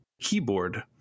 keyboard